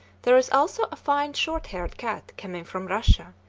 there is also a fine short-haired cat coming from russia,